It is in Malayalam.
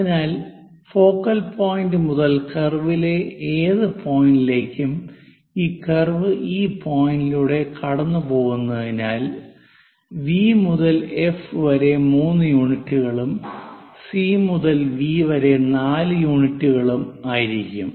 അതിനാൽ ഫോക്കൽ പോയിന്റ് മുതൽ കർവിലെ ഏത് പോയിന്റിലേക്കും ഈ കർവ് ഈ പോയിന്റിലൂടെ കടന്നുപോകുന്നതിനാൽ വി മുതൽ എഫ് വരെ 3 യൂണിറ്റുകളും സി മുതൽ വി വരെ 4 യൂണിറ്റുകളും ആയിരിക്കും